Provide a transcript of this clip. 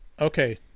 Okay